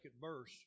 verse